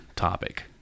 topic